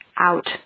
out